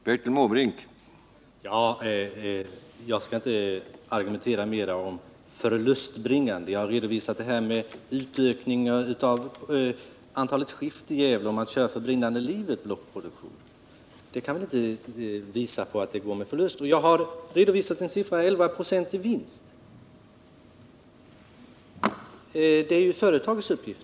Herr talman! Jag skall inte argumentera mer om den ”förlustbringande” verksamheten. Jag har redovisat en ökning av antalet skift i Gävle och att man kör för brinnande livet med blockproduktionen där. Det kan väl inte vara tecken på att verksamheten går med förlust? Och jag har redovisat siffran 11 96 i vinst — det är företagets uppgift.